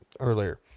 Earlier